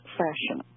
fashion